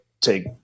take